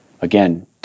Again